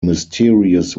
mysterious